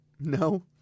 No